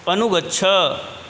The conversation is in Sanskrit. अनुगच्छ